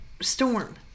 storm